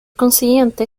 consiguiente